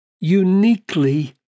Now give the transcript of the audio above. uniquely